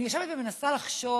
אני יושבת ומנסה לחשוב